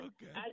Okay